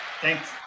Thanks